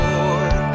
Lord